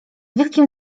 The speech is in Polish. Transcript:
wielkim